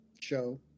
show